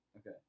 okay